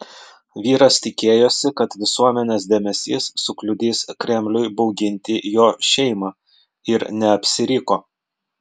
vyras tikėjosi kad visuomenės dėmesys sukliudys kremliui bauginti jo šeimą ir neapsiriko